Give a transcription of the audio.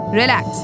relax